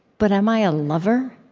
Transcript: but am i a lover?